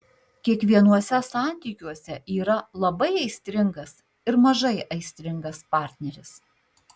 kiekvienuose santykiuose yra labai aistringas ir mažai aistringas partneris